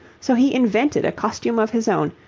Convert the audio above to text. so he invented a costume of his own,